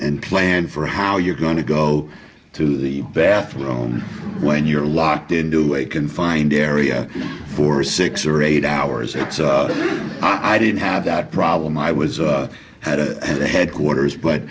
and plan for how you're going to go to the bathroom when you're locked into a confined area for six or eight hours it's not i didn't have that problem i was had a headquarters but